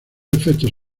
efectos